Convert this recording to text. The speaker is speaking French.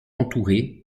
entouré